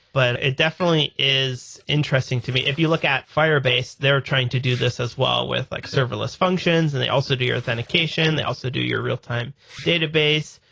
but it definitely is interesting to me. if you look at firebase, they're trying to do this as well with like serverless functions and they also do your authentication. the also do your real-time database.